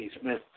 Smith